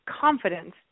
confidence